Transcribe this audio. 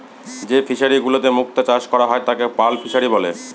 যে ফিশারিগুলোতে মুক্ত চাষ করা হয় তাকে পার্ল ফিসারী বলে